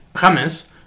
James